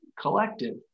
collective